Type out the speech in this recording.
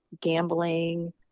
gambling